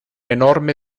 enorme